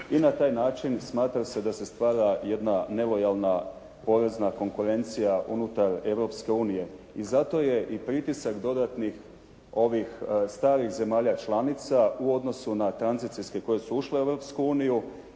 i na taj način smatra se da se stvara jedna nelojalna porezna konkurencija unutar Europske unije i zato je pritisak dodatnih ovih starih zemalja članica u odnosu na tranzicijske koje su ušle u Europsku uniju